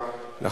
המבוקרים,